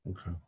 Okay